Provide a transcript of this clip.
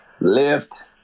lift